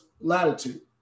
latitude